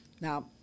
Now